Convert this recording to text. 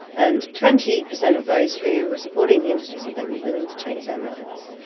and twenty percent of those who were supporting the industry said they were willing to change their minds.